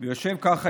והוא יושב ככה,